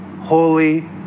holy